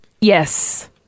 Yes